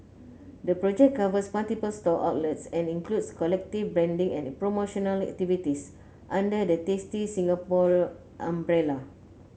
the project covers multiple store outlets and includes collective branding and promotional activities under the Tasty Singapore umbrella